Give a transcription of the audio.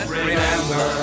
remember